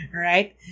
right